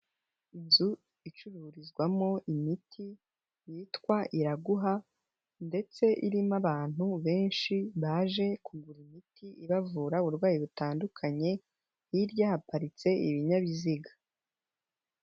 Inzu icururizwamo imiti yitwa Iraguha ndetse irimo abantu benshi baje kugura imiti ibavura uburwayi butandukanye, hirya haparitse ibinyabiziga.